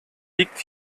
liegt